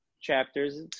chapters